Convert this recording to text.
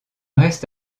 reste